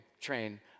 train